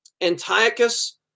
Antiochus